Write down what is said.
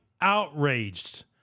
outraged